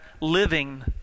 living